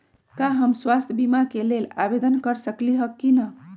का हम स्वास्थ्य बीमा के लेल आवेदन कर सकली ह की न?